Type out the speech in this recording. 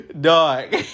Dog